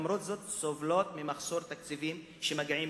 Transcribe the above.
ולמרות זאת סובלות ממחסור בתקציבים שמגיעים